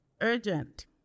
Urgent